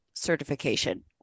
certification